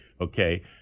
okay